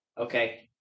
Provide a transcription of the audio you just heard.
okay